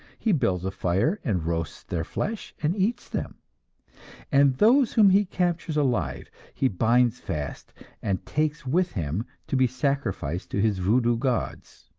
he builds a fire and roasts their flesh and eats them and those whom he captures alive, he binds fast and takes with him, to be sacrificed to his voodoo gods.